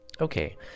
Okay